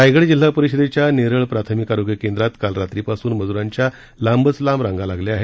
रायगड जिल्हा परिषदेच्या नेरळ प्राथमिक आरोग्य केंद्रात काल रात्रीपासून मजुरांच्या लांबच लांब रांगा लागल्या आहेत